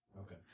Okay